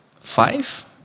Five